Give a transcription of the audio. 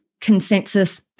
consensus